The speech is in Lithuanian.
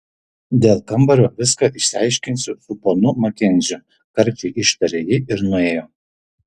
dėl kambario viską išsiaiškinsiu su ponu makenziu karčiai ištarė ji ir nuėjo